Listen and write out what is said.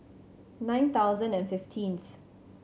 nine thousand and fifteenth